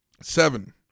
Seven